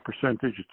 percentage